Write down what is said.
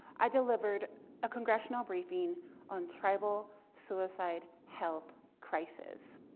i delivered a congressional briefing on tribal suicide health crisis.